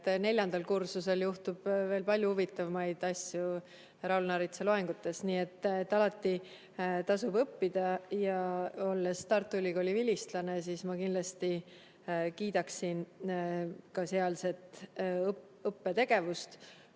neljandal kursusel juhtub veel palju huvitavamaid asju Raul Naritsa loengutes. Nii et alati tasub õppida. Olles Tartu Ülikooli vilistlane, ma kindlasti kiidan sealset õppetegevust.